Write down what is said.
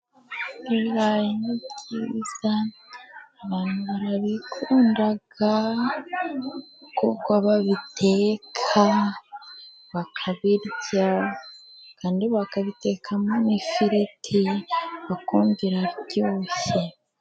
Ibirayi ni byiza abantu barabikunda, kuko babiteka bakabirya, kandi bakabitekamo n'ifiriti, ukumva iraryoshye.